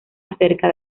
acerca